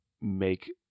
make